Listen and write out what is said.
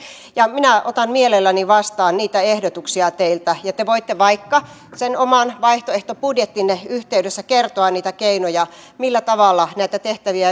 minä otan mielelläni vastaan niitä ehdotuksia teiltä ja te voitte vaikka sen oman vaihtoehtobudjettinne yhteydessä kertoa niitä keinoja millä tavalla näitä tehtäviä